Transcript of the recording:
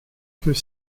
peut